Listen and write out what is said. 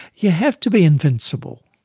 you have to be invincible,